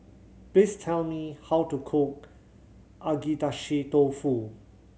please tell me how to cook Agedashi Dofu